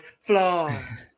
Floor